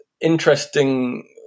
interesting